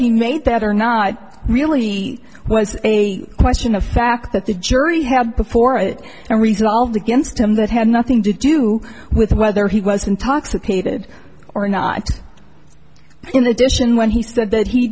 he made that or not really was a question of fact that the jury had before it resolved against him that had nothing to do with whether he was intoxicated or not in addition when he said that he